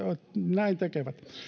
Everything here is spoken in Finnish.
näin tekevät